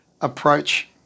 approach